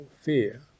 fear